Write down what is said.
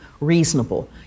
reasonable